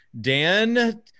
dan